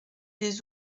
des